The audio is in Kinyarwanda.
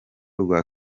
rwa